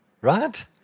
Right